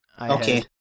okay